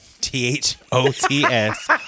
T-H-O-T-S